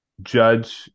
judge